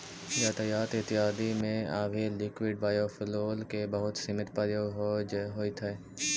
यातायात इत्यादि में अभी लिक्विड बायोफ्यूल के बहुत सीमित प्रयोग ही होइत हई